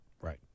Right